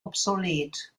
obsolet